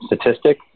Statistic